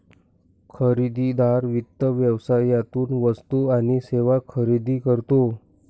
खरेदीदार वित्त व्यवसायात वस्तू आणि सेवा खरेदी करतो